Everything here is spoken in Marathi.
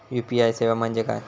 यू.पी.आय सेवा म्हणजे काय?